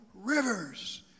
rivers